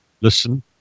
Listen